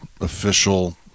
official